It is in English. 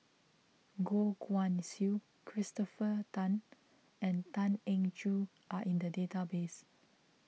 Goh Guan Siew Christopher Tan and Tan Eng Joo are in the database